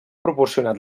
proporcionat